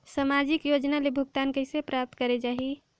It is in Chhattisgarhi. समाजिक योजना ले भुगतान कइसे प्राप्त करे जाहि?